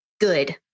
good